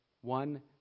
One